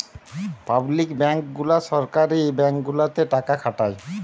public bank গুলা সরকারি bank গুলাতে টাকা খাটায়